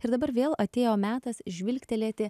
ir dabar vėl atėjo metas žvilgtelėti